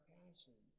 passion